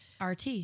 RT